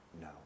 no